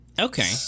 Okay